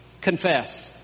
confess